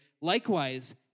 Likewise